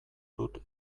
dut